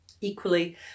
Equally